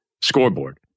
scoreboard